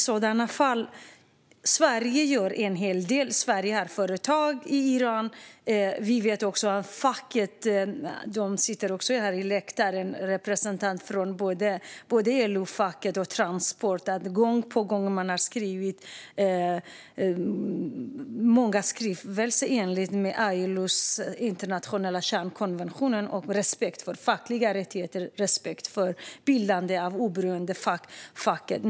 Sverige gör en hel del. Sverige har företag i Iran, och vi vet att facket - det sitter representanter här på läktaren från LO och Transport - gång på gång har skrivit skrivelser enligt ILO:s internationella kärnkonventioner och om respekt för fackliga rättigheter och respekt för bildande av oberoende fack.